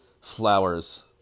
Flowers